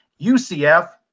UCF